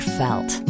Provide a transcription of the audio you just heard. felt